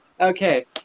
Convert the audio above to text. Okay